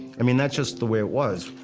i mean, that's just the way it was.